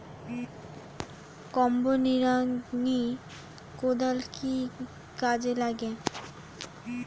Combo নিড়ানি কোদাল কি কাজে লাগে?